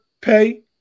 pay